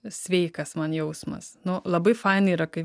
sveikas man jausmas nu labai fanai yra kai